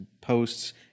posts